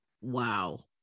Wow